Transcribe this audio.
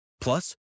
Plus